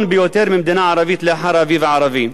ביותר ממדינה ערבית אחת לאחר האביב הערבי.